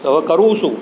તો હવે કરવું શું